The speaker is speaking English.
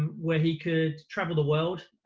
where he could travel the world,